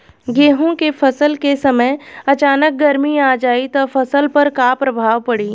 गेहुँ के फसल के समय अचानक गर्मी आ जाई त फसल पर का प्रभाव पड़ी?